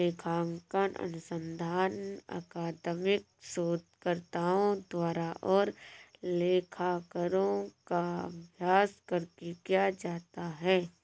लेखांकन अनुसंधान अकादमिक शोधकर्ताओं द्वारा और लेखाकारों का अभ्यास करके किया जाता है